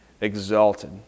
exalted